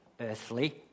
earthly